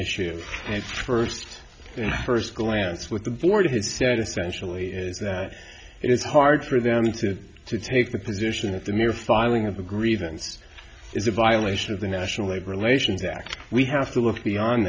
issue first and first glance with the board has said essentially is that it's hard for them to take the position that the mere filing of a grievance is a violation of the national labor relations act we have to look beyond